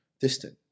distant